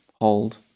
hold